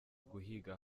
guhiga